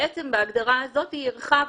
בעצם בהגדרה הזאת הרחבנו.